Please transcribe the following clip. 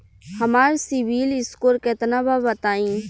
हमार सीबील स्कोर केतना बा बताईं?